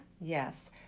Yes